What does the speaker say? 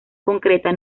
concreta